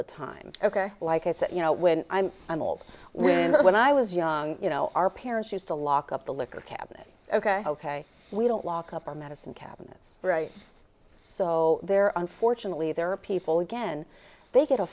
the time like i said you know when i'm an old we and when i was young you know our parents used to lock up the liquor cabinet ok ok we don't lock up our medicine cabinets so they're unfortunately there are people again they get a